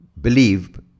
believe